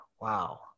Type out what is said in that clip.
Wow